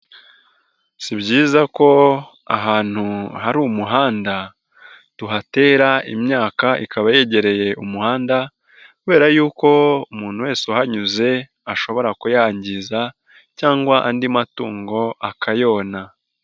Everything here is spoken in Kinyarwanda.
Si byiza ko ahantu hari umuhanda, tuhatera imyaka ikaba yegereye umuhanda kubera yuko umuntu wese uhanyuze, ashobora kuyangiza cyangwa andi matungo akayona.